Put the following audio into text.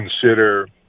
consider